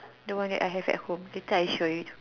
the one that I have at home later I show it